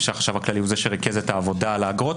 והחשב הכללי הוא זה שריכז את העבודה על האגרות